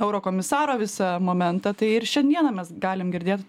eurokomisaro visa momentą tai ir šiandieną mes galim girdėt